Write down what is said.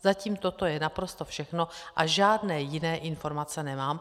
Zatím toto je naprosto všechno a žádné jiné informace nemám.